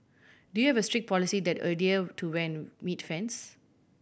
do you have a strict policy that adhere to when meet fans